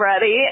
ready